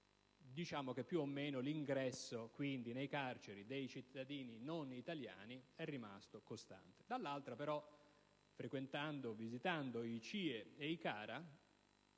Diciamo che più o meno l'ingresso nelle carceri dei cittadini non italiani è rimasto costante. Dall'altra parte, però, visitando i CIE e i CARA,